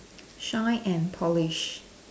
shine and polish